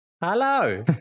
Hello